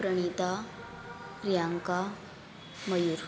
Pranita Priyanka Mayur